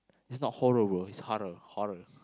it's not horror bro it's horror horror